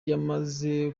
yamaze